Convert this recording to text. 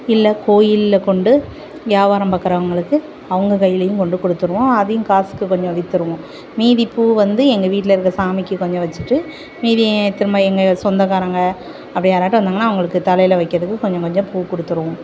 இல்லை கோயிலில் கொண்டு வியாபாரம் பார்க்குறவங்களுக்கு அவங்க கைலேயும் கொண்டு கொடுத்துடுவோம் அதையும் காசுக்கு கொஞ்சம் விற்றுருவோம் மீதி பூ வந்து எங்கள் வீட்டில் இருக்க சாமிக்கு கொஞ்சம் வச்சிட்டு மீதியை திரும்ப எங்கள் சொந்தகாரங்க அப்படி யாராட்டும் வந்தாங்கன்னா அவங்களுக்கு தலையில் வெக்கிறதுக்கு கொஞ்சமாக கொஞ்சம் பூ கொடுத்துடுவோம்